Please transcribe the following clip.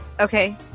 Okay